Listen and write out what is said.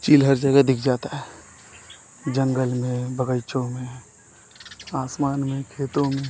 चील हर जगह दिख जाती है जंगल में बग़ीचों में आसमान में खेतों में